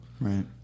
Right